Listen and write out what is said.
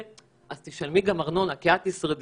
אז תשלמי גם ארנונה כי את תשרדי.